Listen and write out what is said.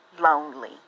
lonely